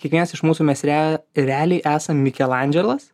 kiekvienas iš mūsų mes rea realiai esam mikelandželas